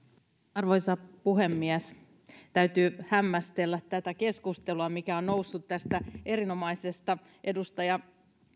arvoisa puhemies täytyy hämmästellä tätä keskustelua mikä on noussut tästä erinomaisesta edustaja